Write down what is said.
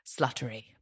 sluttery